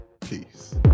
Peace